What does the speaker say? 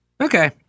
Okay